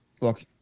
look